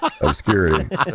obscurity